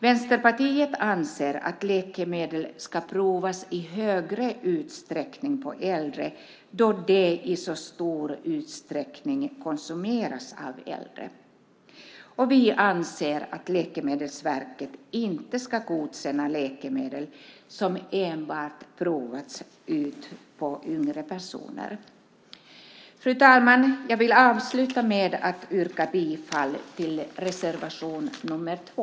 Vänsterpartiet anser att läkemedel i högre grad ska provas på äldre då de i så stor utsträckning konsumeras av äldre, och vi menar att Läkemedelsverket inte ska godkänna läkemedel som enbart har provats ut på yngre personer. Fru talman! Jag vill avsluta med att yrka bifall till reservation nr 2.